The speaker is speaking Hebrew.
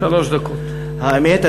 האמת,